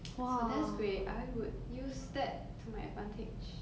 so that's great I would use that to my advantage